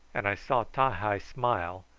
and i saw ti-hi smile,